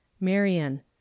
Marion